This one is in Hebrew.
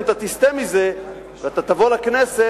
אם אתה תסטה מזה ואתה תבוא לכנסת,